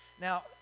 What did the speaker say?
Now